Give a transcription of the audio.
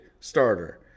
Starter